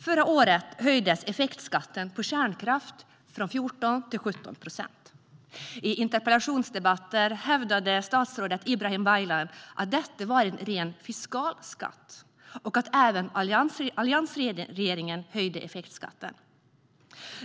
Förra året höjdes effektskatten på kärnkraft från 14 procent till 17 procent. I interpellationsdebatter hävdade statsrådet Ibrahim Baylan att detta var en ren fiskal skatt och att även alliansregeringen höjde effektskatten.